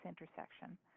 intersection